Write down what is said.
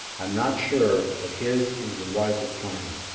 i'm not sure but his is the wiser plan.